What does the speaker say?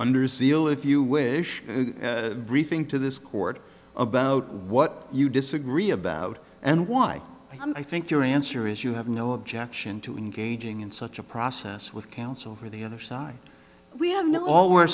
under seal if you wish briefing to this court about what you disagree about and why i think your answer is you have no objection to engaging in such a process with counsel for the other side we have no all we're